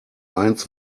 eins